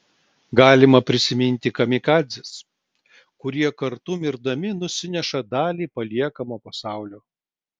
galima prisiminti kamikadzes kurie kartu mirdami nusineša dalį paliekamo pasaulio